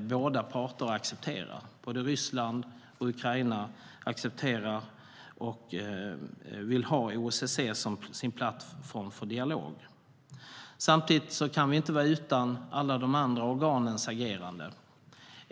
båda parter accepterar. Både Ryssland och Ukraina accepterar och vill ha OSSE som sin plattform för dialog. Samtidigt kan vi inte vara utan alla de andra organens agerande.